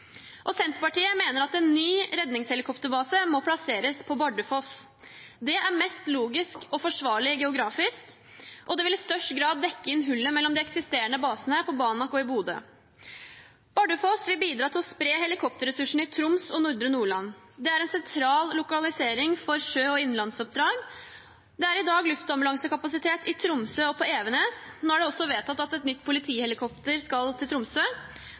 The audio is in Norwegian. større. Senterpartiet mener en ny redningshelikopterbase må plasseres på Bardufoss. Det er mest logisk og forsvarlig geografisk, og det vil i størst grad dekke inn hullet mellom de eksisterende basene på Banak og i Bodø. Bardufoss vil bidra til å spre helikopterressursene i Troms og nordre Nordland. Det er en sentral lokalisering for sjø- og innlandsoppdrag. Det er i dag luftambulansekapasitet i Tromsø og på Evenes. Nå er det også vedtatt at nytt politihelikopter skal til Tromsø.